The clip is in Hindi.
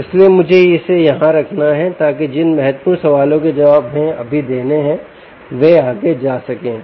इसलिए मुझे इसे यहाँ रखना है ताकि जिन महत्वपूर्ण सवालों के जवाब हमें अभी देने हैं वे आगे जा सके